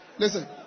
Listen